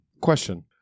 Question